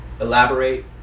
elaborate